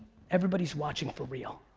everybody's watching for real.